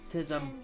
Tism